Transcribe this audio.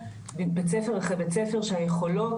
ויש לו מבחני תמיכות טובים והוא נותן לארגונים